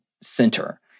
center